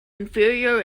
inferior